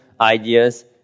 ideas